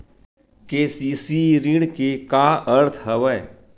KCC ऋण के का अर्थ हवय?